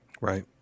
Right